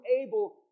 able